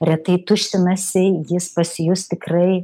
retai tuštinasi jis pasijus tikrai